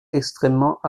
extrêmement